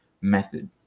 method